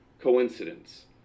Coincidence